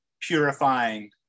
Purifying